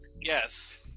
Yes